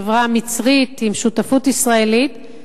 חברה מצרית עם שותפות ישראלית,